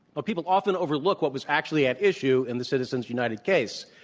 but people often overlook what was actually at issue in the citizens united case.